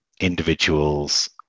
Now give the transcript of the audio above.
individuals